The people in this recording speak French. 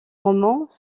romans